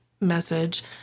message